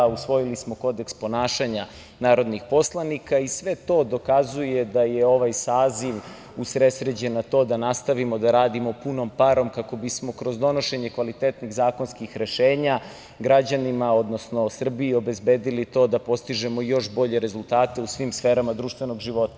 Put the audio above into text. Usvojili smo Kodeks ponašanja narodnih poslanika i sve to dokazuje da je ovaj saziv usredsređen na to da nastavimo da radimo punom parom kako bismo kroz donošenje kvalitetnih zakonskih rešenja građanima, odnosno Srbiji obezbedili to da postižemo još bolje rezultate u svim sferama društvenog života.